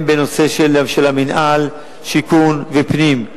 בנושא של המינהל, שיכון ופנים.